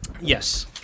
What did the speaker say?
Yes